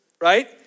right